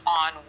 on